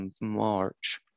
March